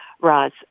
Roz